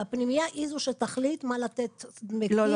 הפנימייה היא זאת שתחליט מה לתת דמי כיס?